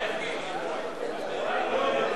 אי-אמון